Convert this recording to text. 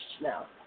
now